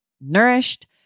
nourished